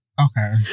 Okay